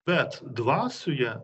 bet dvasioje